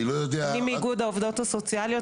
אני מאיגוד העובדות הסוציאליות,